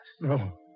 No